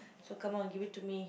so come on give it to me